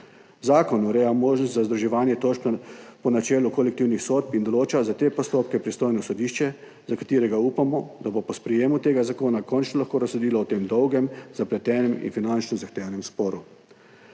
Zakon ureja možnost za združevanje tožb po načelu kolektivnih sodb in določa za te postopke pristojno sodišče, za katerega upamo, da bo po sprejetju tega zakona končno lahko razsodilo o tem dolgem, zapletenem in finančno zahtevnem sporu.